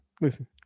listen